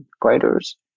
graders